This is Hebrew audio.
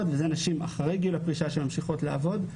וזה לנשים אחרי גיל הפרישה שממשיכות לעבוד.